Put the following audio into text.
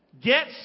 Get